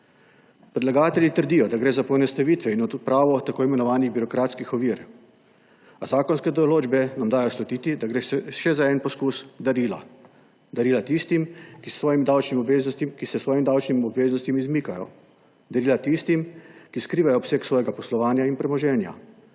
Predlagatelji trdijo, da gre za poenostavitve in odpravo tako imenovanih birokratskih ovir, a zakonske določbe nam dajejo slutiti, da gre za še en poskus darila. Darila tistim, ki se svojim davčnim obveznostim izmikajo. Darila tistim, ki skrivajo obseg svojega poslovanja in premoženja.